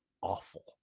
awful